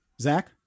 Zach